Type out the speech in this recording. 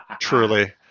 Truly